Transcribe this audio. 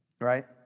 right